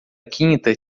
quinta